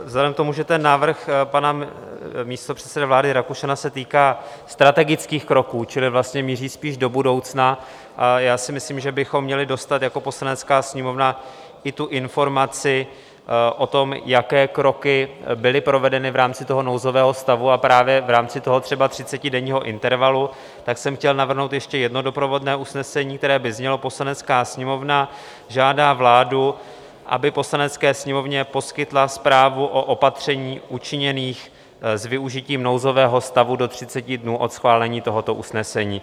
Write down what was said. Vzhledem k tomu, že ten návrh pana místopředsedy vlády Rakušana se týká strategických kroků, čili vlastně mířících do budoucna, já si myslím, že bychom měli dostat jako Poslanecká sněmovna i tu informaci o tom, jaké kroky byly provedeny v rámci toho nouzového stavu a právě v rámci toho třeba třicetidenního intervalu, tak jsem chtěl navrhnout ještě jedno doprovodné usnesení, které by znělo: Poslanecká sněmovna žádá vládu, aby Poslanecké sněmovně poskytla zprávu o opatřeních učiněných s využitím nouzového stavu do 30 dnů od schválení tohoto usnesení.